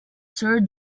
sir